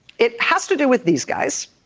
it has to do with these guys.